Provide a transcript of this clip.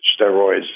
steroids